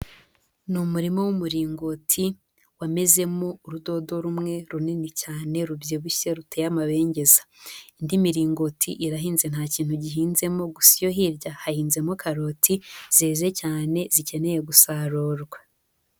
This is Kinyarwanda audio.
Ni umurima w'umuringoti wamezemo urudodo rumwe runini cyane rubyibushye ruteye amabengeza, indi miringoti irahinze nta kintu gihinzemo, gusa iyo hirya hahinzemo karoti zeze cyane zikeneye gusarurwa.